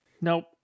Nope